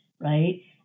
Right